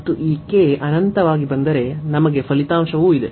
ಮತ್ತು ಈ k ಅನಂತವಾಗಿ ಬಂದರೆ ನಮಗೆ ಫಲಿತಾಂಶವೂ ಇದೆ